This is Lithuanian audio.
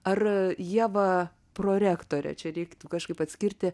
ar ieva prorektore čia reiktų kažkaip atskirti